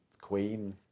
queen